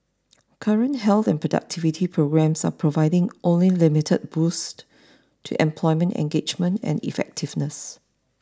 current health and productivity programmes are providing only limited boosts to employment engagement and effectiveness